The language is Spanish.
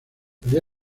día